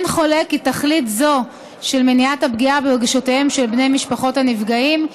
אין חולק כי תכלית זו של מניעת הפגיעה ברגשותיהם של בני משפחות הנפגעים,